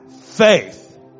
faith